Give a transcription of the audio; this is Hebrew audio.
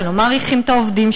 שלא מעריכים את העובדים,